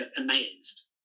amazed